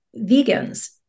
vegans